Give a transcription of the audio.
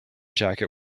jacket